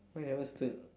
why you never steal